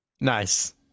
Nice